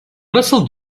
nasıl